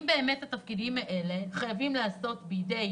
התפקידים הנדונים חייבים להתבצע בידי